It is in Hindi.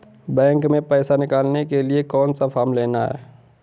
बैंक में पैसा निकालने के लिए कौन सा फॉर्म लेना है?